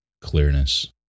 clearness